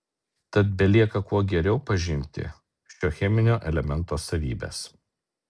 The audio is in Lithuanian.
tad belieka kuo geriau pažinti šio cheminio elemento savybes